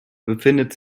befindet